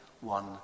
one